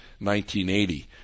1980